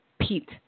Pete